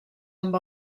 amb